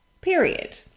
period